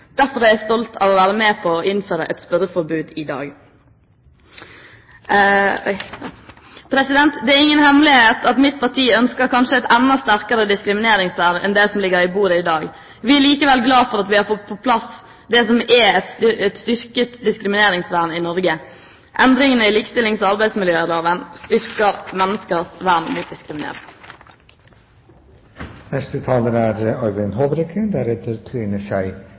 Derfor er jeg stolt av å være med på å innføre et spørreforbud i dag. Det er ingen hemmelighet at mitt parti ønsker et enda sterkere diskrimineringsvern enn det som ligger på bordet i dag. Vi er likevel glad for at vi har fått på plass det som er et styrket diskrimineringsvern i Norge. Endringene i likestillingsloven og arbeidsmiljøloven styrker menneskers vern mot diskriminering. Et moderne, liberalt demokrati kjennetegnes av at alle mennesker skal sikres grunnleggende rettigheter. Uansett hvem du er,